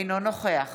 אינו נוכח